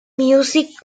music